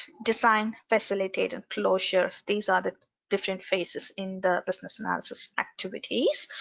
design, facilitate and closure. these are the different phases in the business analysis activities.